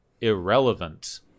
irrelevant